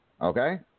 Okay